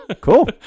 cool